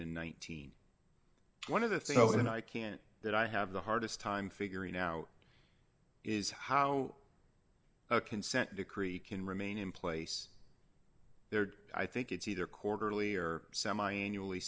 and ninety one of the thing though and i can't that i have the hardest time figuring out is how a consent decree can remain in place there'd i think it's either quarterly or semiannually